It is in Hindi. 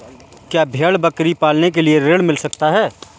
क्या भेड़ बकरी पालने के लिए ऋण मिल सकता है?